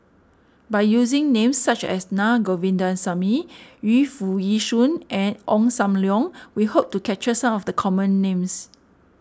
by using names such as Naa Govindasamy Yu Foo Yee Shoon and Ong Sam Leong we hope to capture some of the common names